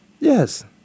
Yes